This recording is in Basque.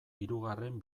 hirugarren